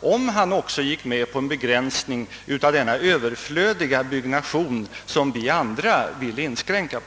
om han också gick med på en begränsning av denna överflödiga byggnation, som vi andra vill inskränka.